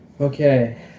Okay